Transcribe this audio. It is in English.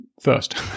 first